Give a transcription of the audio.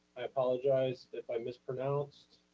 i apologize if i mispronounced